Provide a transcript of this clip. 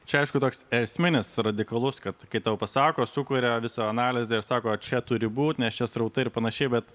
čia aišku toks esminis radikalus kad kai tau pasako sukuria visą analizę ir sako čia turi būti nes čia srautai ir panašiai bet